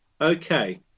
Okay